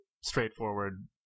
straightforward